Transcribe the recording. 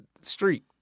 street